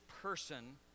person